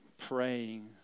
praying